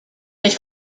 ich